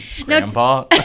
Grandpa